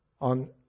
on